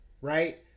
right